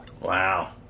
Wow